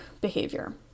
behavior